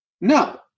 No